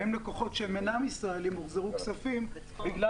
האם ללקוחות שאינם ישראלים הוחזרו כספים בגלל